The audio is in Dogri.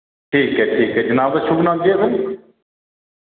ठीक ऐ ठीक ऐ जनाब दा शुभ नाम केह् ऐ